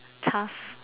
tough